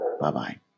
Bye-bye